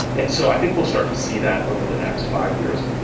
and so i think we'll start to see that over the next five years.